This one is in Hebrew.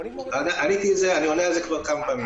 אני עונה על זה כבר כמה פעמים.